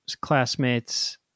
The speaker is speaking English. classmates